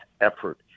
effort